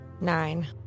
nine